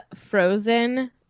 frozen